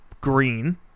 green